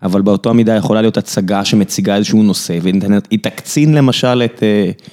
אבל באותו המידה יכולה להיות הצגה שמציגה איזשהו נושא והיא תקצין למשל את...